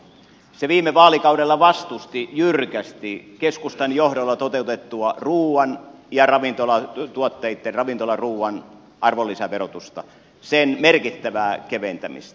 se viime vaalikaudella vastusti jyrkästi keskustan johdolla toteutettua ruuan ja ravintolatuotteitten ravintolaruuan arvonlisäverotuksen merkittävää keventämistä